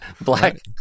Black